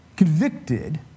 Convicted